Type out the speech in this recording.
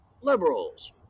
liberals